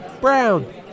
brown